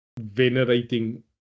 venerating